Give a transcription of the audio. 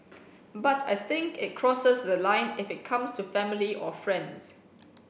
but I think it crosses the line if it comes to family or friends